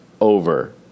over